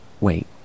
Wait